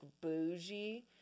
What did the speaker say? bougie